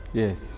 yes